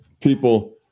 people